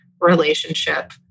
relationship